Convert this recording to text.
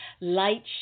light